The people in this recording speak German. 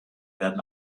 werden